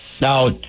Now